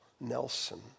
Nelson